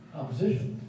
opposition